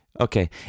okay